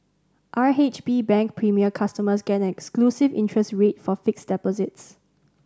R H B Bank Premier customers get an exclusive interest rate for fixed deposits